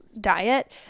diet